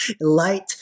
light